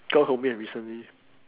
recently